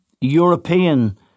European